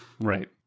Right